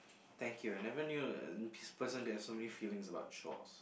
thank you I never knew uh this person gets so many feelings about chores